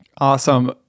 Awesome